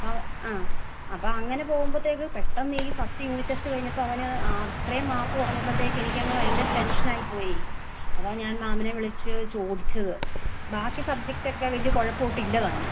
അപ്പോൾ ആ അപ്പോൾ അങ്ങനെ പോവുമ്പോഴത്തേക്ക് പെട്ടെന്ന് ഈ ഫസ്റ്റ് യൂണിറ്റ് ടെസ്റ്റ് കഴിഞ്ഞപ്പോൾ അവന് ആ ഇത്രയും മാർക്ക് കുറഞ്ഞപ്പോഴേക്ക് എനിക്ക് അങ്ങ് ഭയങ്കര ടെൻഷൻ ആയിപ്പോയി അതാണ് ഞാൻ മാമിനെ വിളിച്ച് ചോദിച്ചത് ബാക്കി സബ്ജക്റ്റ് ഒക്കെ വലിയ കുഴപ്പം ഒട്ടും ഇല്ല താനും